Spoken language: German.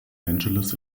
angeles